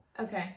Okay